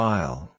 File